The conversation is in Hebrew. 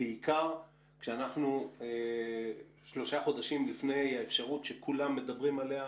בעיקר כשאנחנו שלושה חודשים לפני האפשרות שכולם מדברים עליה,